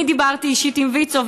אני דיברתי אישית עם ויצו,